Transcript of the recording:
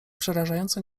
przerażająco